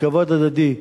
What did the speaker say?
בכבוד הדדי,